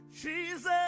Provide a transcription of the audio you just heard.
Jesus